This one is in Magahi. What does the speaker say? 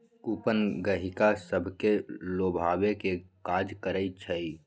कूपन गहकि सभके लोभावे के काज करइ छइ